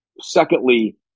secondly